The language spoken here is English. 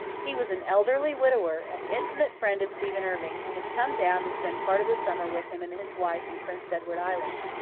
he was an elderly widower, an intimate friend of stephen irving, and had come down to spend part of the summer with him and his wife in prince edward island.